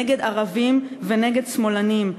נגד ערבים ונגד שמאלנים.